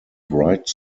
write